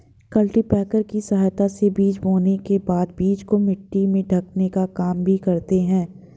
cultipacker की सहायता से बीज बोने के बाद बीज को मिट्टी से ढकने का काम भी करते है